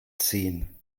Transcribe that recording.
ziehen